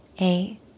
Eight